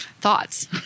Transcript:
thoughts